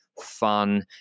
fun